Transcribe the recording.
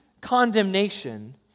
condemnation